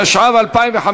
התשע"ו 2015,